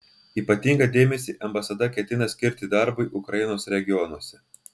ypatingą dėmesį ambasada ketina skirti darbui ukrainos regionuose